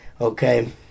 Okay